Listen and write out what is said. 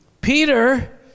Peter